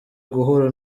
guhura